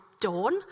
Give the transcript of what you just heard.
dawn